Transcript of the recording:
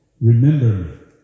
remember